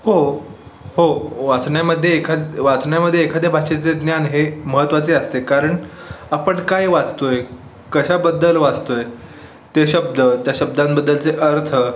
हो हो वाचण्यामध्ये एखाद वाचण्यामध्ये एखाद्या भाषेचे ज्ञान हे महत्वाचे असते कारण आपण काय वाचतो आहे कशाबद्दल वाचतो आहे ते शब्द त्या शब्दांबद्दलचे अर्थ